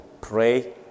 pray